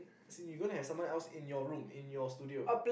as in you gonna have someone else in your room in your studio